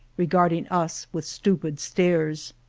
regarding us with stupid stares.